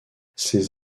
ses